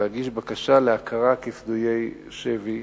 להגיש בקשה להכרה כפדויי שבי.